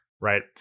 right